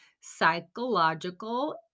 psychological